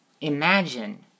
imagine